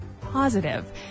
positive